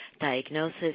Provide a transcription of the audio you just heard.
diagnosis